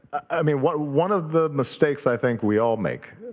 i mean one one of the mistakes i think we all make,